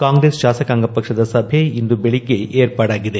ಕಾಂಗ್ರೆಸ್ ಶಾಸಕಾಂಗ ಪಕ್ಷದ ಸಭೆ ಇಂದು ಬೆಳಿಗ್ಗೆ ಏರ್ಪಾಡಾಗಿದೆ